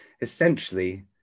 Essentially